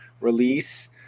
release